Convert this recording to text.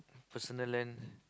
personal land